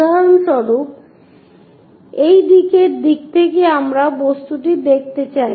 উদাহরণস্বরূপ এই দিকের দিক থেকে আমরা বস্তুটি দেখতে চাই